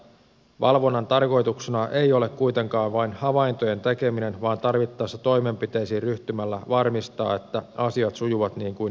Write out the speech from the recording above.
valvonnan tarkoituksena ei ole kuitenkaan vain tehdä havaintoja vaan tarvittaessa toimenpiteisiin ryhtymällä varmistaa että asiat sujuvat niin kuin niiden pitäisi